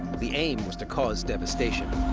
the aim was to cause devastation.